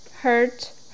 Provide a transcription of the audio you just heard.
hurt